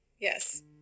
Yes